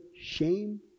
shame